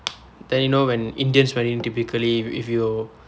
then you know when indians wedding typically if you